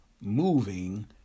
Moving